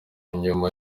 nyuma